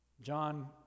John